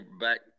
back